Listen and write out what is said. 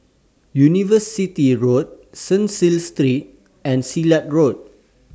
University Road Cecil Street and Silat Road